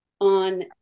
on